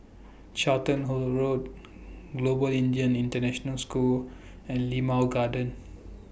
Charlton Road Global Indian International School and Limau Garden